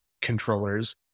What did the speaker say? controllers